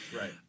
Right